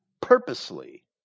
purposely